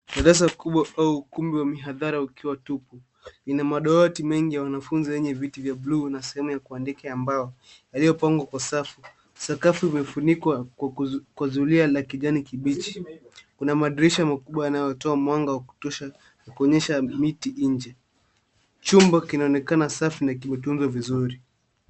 Darasa kubwa au ukumbi wa mihadhara ukiwa tupu. Ina madawati mengi ya wanafunzi yenye viti vya bluu na sehemu ya kuandika ya mbao yaliopangwa kwa safu. Sakafu imefunikwa kwa zulia la kijani kibichi. Kuna madirisha makubwa unaotoa mwanga wa kutosha na kuonyesha miti inje. Chumba kinaonekana safi na kimetunzwa vizuri.